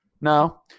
No